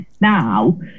now